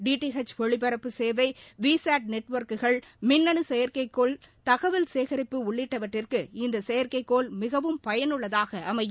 D H ஒளிப்பரப்பு சேவை VSAT நெட்ஒர்க்குகள் மின்னணு செயற்கைகோள் தகவல் சேகரிப்பு உள்ளிட்டவற்றிற்கு இந்த செயற்கைகோள் மிகவும் பயனுள்ளதாக அமையும்